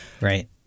Right